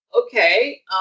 okay